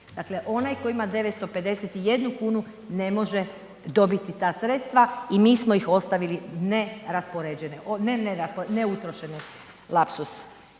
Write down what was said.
dakle onaj koji ima 951 kn, ne može dobiti ta sredstva i mi smo ih ostavili neraspoređene,